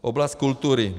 Oblast kultury.